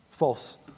false